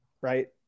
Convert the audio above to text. right